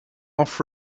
off